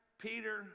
Peter